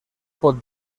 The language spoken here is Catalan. pot